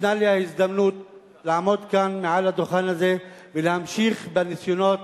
ניתנה לי ההזדמנות לעמוד כאן מעל לדוכן הזה ולהמשיך בניסיונות